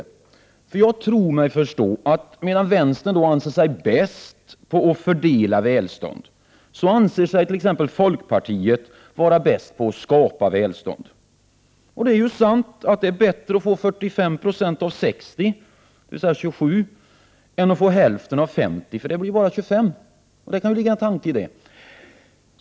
Jag tror mig förstå att 31 maj 1989 medan vänstern anser sig bäst på att fördela välståndet, anser sig t.ex. folkpartiet vara bäst på att skapa välstånd. Och det är ju sant att det är bättre att få 45 20 av 60, dvs. 27, än att få hälften av 50, för det blir bara 25. Det kan ligga en tanke i det.